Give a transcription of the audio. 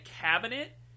cabinet